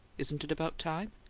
isn't it about time?